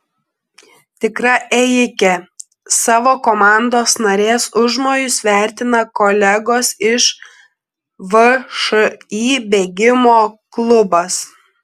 tikra ėjikė savo komandos narės užmojus vertina kolegos iš všį bėgimo klubas